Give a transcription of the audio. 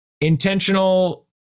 intentional